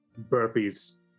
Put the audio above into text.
Burpees